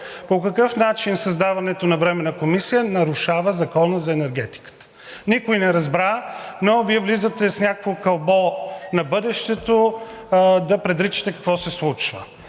По какъв начин създаването на Временна комисия нарушава Закона за енергетиката никой не разбра, но Вие влизате с някакво кълбо на бъдещето да предричате какво се случва?!